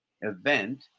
event